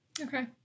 Okay